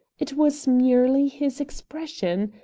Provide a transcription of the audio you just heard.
it was merely his expression.